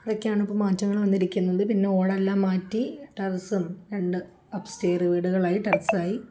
അതൊക്കെയാണ് ഇപ്പോള് മാറ്റങ്ങൾ വന്നിരിക്കുന്നത് പിന്നെ ഓടെല്ലാം മാറ്റി ടെറസും രണ്ട് അപ്പ്സ്റ്റെയർ വീടുകളായി ടെറസ്സായി